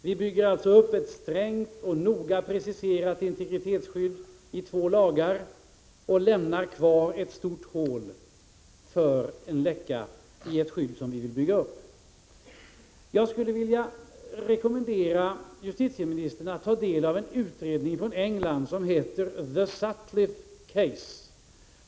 Vi bygger alltså upp ett strängt och noga preciserat integritetsskydd i form av två lagar, men vi lämnar ett stort hål — jag avser då läckor — i det här skyddet. Jag rekommenderar justitieniinistern att ta del av en utredning från England som heter The Sutcliffe Case.